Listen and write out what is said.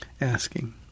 asking